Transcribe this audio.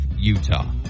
Utah